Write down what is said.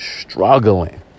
struggling